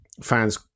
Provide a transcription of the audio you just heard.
fans